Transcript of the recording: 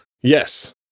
Yes